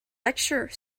lecture